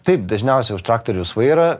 taip dažniausiai už traktoriaus vairo